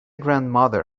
grandmother